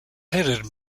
headed